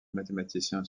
mathématicien